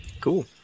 Cool